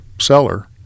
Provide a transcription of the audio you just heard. seller